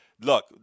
Look